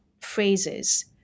phrases